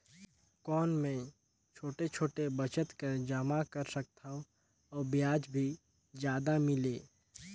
कौन मै छोटे छोटे बचत कर जमा कर सकथव अउ ब्याज भी जादा मिले?